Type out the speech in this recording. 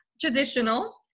traditional